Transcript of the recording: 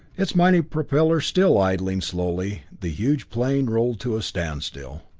its mighty propellers still idling slowly, the huge plane rolled to a standstill.